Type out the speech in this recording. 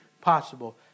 possible